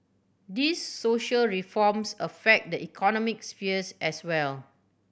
these social reforms affect the economic sphere as well